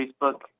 Facebook